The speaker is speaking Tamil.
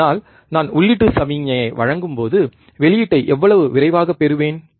அதனால் நான் உள்ளீட்டு சமிக்ஞையை வழங்கும்போது வெளியீட்டை எவ்வளவு விரைவாகப் பெறுவேன்